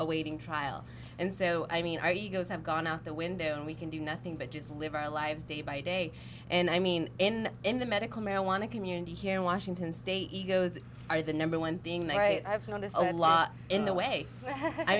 awaiting trial and so i mean our egos have gone out the window and we can do nothing but just live our lives day by day and i mean in in the medical marijuana community here in washington state egos are the number one thing they i've noticed a lot in the way i